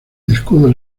escudo